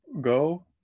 go